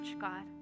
God